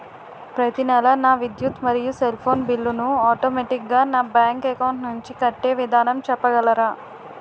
ప్రతి నెల నా విద్యుత్ మరియు సెల్ ఫోన్ బిల్లు ను ఆటోమేటిక్ గా నా బ్యాంక్ అకౌంట్ నుంచి కట్టే విధానం చెప్పగలరా?